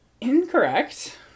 Incorrect